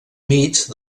mig